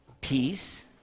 peace